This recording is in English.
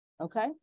okay